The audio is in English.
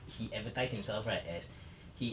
he advertised himself right as he